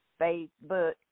Facebook